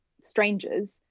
strangers